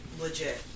Legit